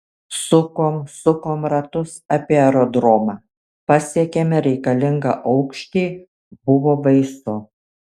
sukom sukom ratus apie aerodromą pasiekėme reikalingą aukštį buvo baisu